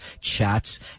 Chats